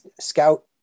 Scout